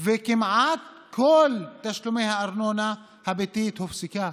וכמעט כל תשלומי הארנונה הביתית הופסקו.